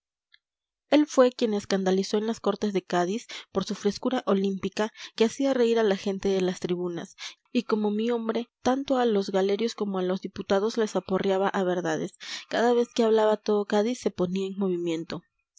él fue quien escandalizó en las cortes de cádiz por su frescura olímpica que hacía reír a la gente de las tribunas y como mi hombre tanto a los galerios como a los diputados les aporreaba a verdades cada vez que hablaba todo cádiz se ponía en movimiento